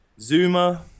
Zuma